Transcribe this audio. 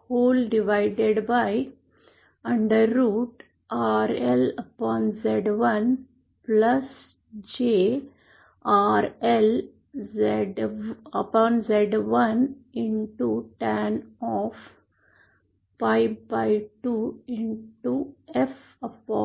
square रूटRLZ1 j RLZ1 tan PI2 FF0 बरोबर आहे